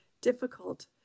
difficult